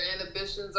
inhibitions